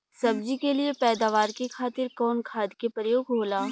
सब्जी के लिए पैदावार के खातिर कवन खाद के प्रयोग होला?